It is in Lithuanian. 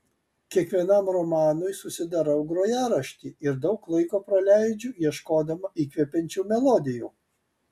kiekvienam romanui susidarau grojaraštį ir daug laiko praleidžiu ieškodama įkvepiančių melodijų